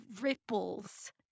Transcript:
ripples